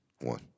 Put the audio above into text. One